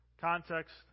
context